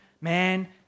man